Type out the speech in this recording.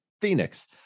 Phoenix